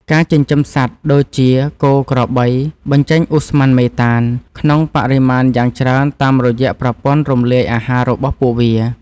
ការចិញ្ចឹមសត្វដូចជាគោក្របី បញ្ចេញឧស្ម័នមេតាន ក្នុងបរិមាណយ៉ាងច្រើនតាមរយៈប្រព័ន្ធរំលាយអាហាររបស់ពួកវា។